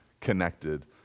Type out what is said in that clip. connected